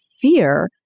fear